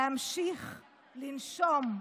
להמשיך לנשום,